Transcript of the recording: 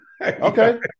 Okay